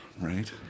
Right